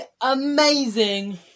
amazing